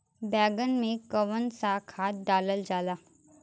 बैंगन में कवन सा खाद डालल जाला?